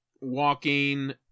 walking